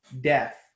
death